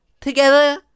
together